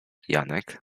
janek